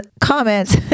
comments